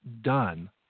done